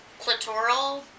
clitoral